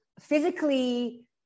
physically